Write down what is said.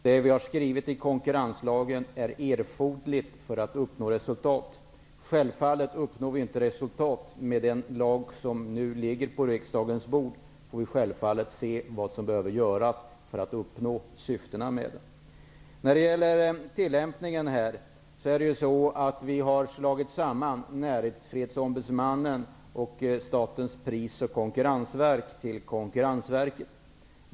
Herr talman! Jag är mycket glad över den stora samstämmighet som finns om konkurrenslagstiftningen. Det vi har skrivit i konkurrenslagen är erforderligt för att uppnå resultat. Uppnår vi inte resultat med det förslag till lag som nu ligger på riksdagens bord, får vi självfallet se vad som behöver göras för att uppnå syftet med lagen. När det gäller frågan om tillämpningen, har vi slagit samman myndigheterna Näringsfrihetsombudsmannen och Statens pris och konkurrensverk till Konkurrensverket.